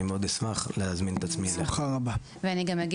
אני מאוד אשמח להזמין את עצמי אליך.